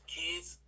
kids